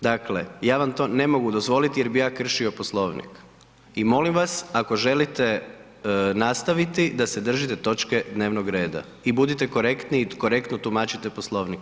Dakle, ja vam to ne mogu dozvoliti jer bi ja kršio Poslovnik i molim vas ako želite nastaviti da se držite točke dnevnog reda i budite korektni i korektno tumačite Poslovnik.